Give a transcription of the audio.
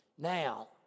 Now